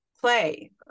play